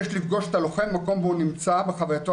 יש לפגוש את הלוחם במקום בו הוא נמצא בחווייתו